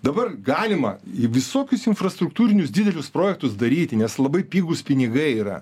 dabar galima į visokius infrastruktūrinius didelius projektus daryti nes labai pigūs pinigai yra